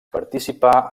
participà